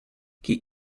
keep